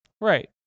Right